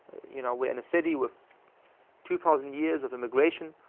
you know we're in a city with two thousand years of immigration,